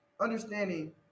understanding